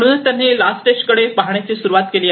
म्हणूनच त्यांनी last stage कडे पाहण्यास सुरवात केली